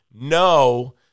no